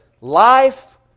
life